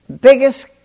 biggest